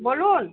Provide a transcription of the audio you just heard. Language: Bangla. বলুন